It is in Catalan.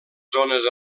zones